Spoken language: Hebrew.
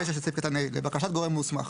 ברישה של סעיף קטן (ה): לבקשת הגורם המוסמך.